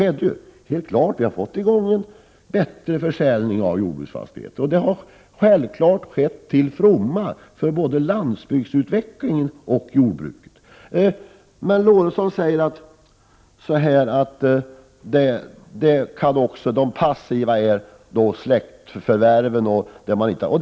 Så blev det också — vi har fått till stånd en bättre försäljning av jordbruksfastigheter, och det har självfallet varit till fromma för både landsbygdsutvecklingen och jordbruket. Lorentzon säger att det är släktförvärvarna som är de passiva.